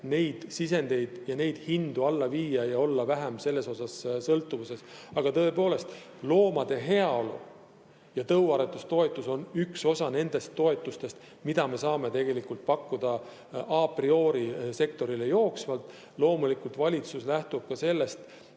et sisendite hindu alla viia ja olla selles osas vähem sõltuvuses. Aga tõepoolest, loomade heaolu toetus ja tõuaretustoetus on üks osa nendest toetustest, mida me saame tegelikulta priorisektorile jooksvalt pakkuda. Loomulikult valitsus lähtub ka sellest